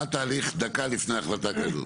מה התהליך דקה לפני החלטה כזאת?